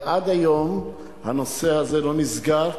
ועד היום הנושא הזה לא נסגר,